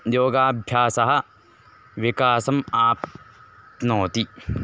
योगाभ्यासः विकासम् आप्नोति